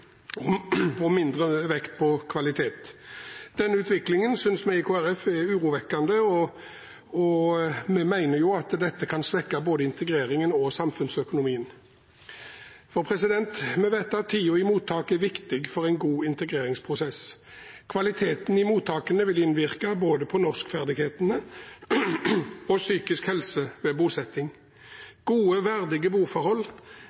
og mindre vekt på kvalitet. Denne utviklingen synes vi i Kristelig Folkeparti er urovekkende, og vi mener dette kan svekke både integreringen og samfunnsøkonomien. Vi vet at tiden i mottak er viktig for en god integreringsprosess. Kvaliteten i mottakene vil innvirke både på norskferdighetene og psykisk helse ved bosetting. Gode, verdige boforhold